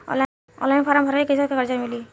Online form भर के कैसे कर्जा मिली?